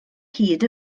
hyd